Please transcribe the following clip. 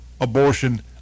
abortion